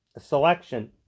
selection